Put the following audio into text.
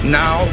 now